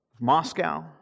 Moscow